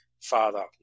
father